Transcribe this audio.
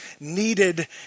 needed